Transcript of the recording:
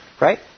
right